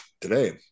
today